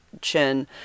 chin